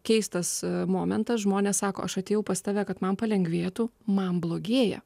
keistas momentas žmonės sako aš atėjau pas tave kad man palengvėtų man blogėja